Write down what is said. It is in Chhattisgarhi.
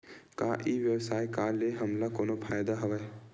का ई व्यवसाय का ले हमला कोनो फ़ायदा हवय?